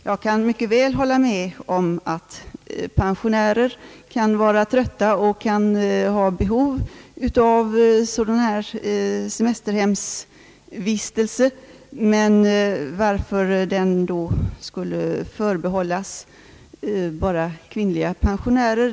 Jag kan mycket väl hålla med om att pensionärer kan vara trötta och ha behov av sådana här semesterhemsvistelser, men jag kan inte förstå varför denna rekreationsmöjlighet då skulle förbehållas bara kvinnliga pensionärer.